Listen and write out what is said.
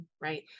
right